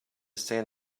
san